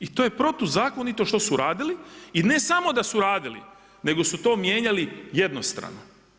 I to je protuzakonito što su radili i ne samo da su radili, nego su to mijenjali jednostrano.